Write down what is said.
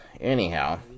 anyhow